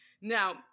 Now